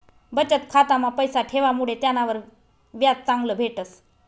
बचत खाता मा पैसा ठेवामुडे त्यानावर व्याज चांगलं भेटस